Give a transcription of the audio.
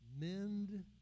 mend